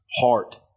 heart